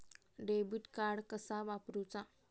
Debit card कसा वापरुचा?